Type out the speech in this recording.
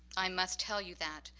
i must tell you that.